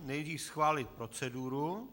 Nejdřív schválit proceduru.